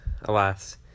alas